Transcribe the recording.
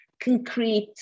concrete